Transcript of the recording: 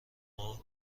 مایه